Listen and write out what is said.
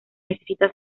necesita